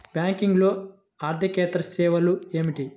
బ్యాంకింగ్లో అర్దికేతర సేవలు ఏమిటీ?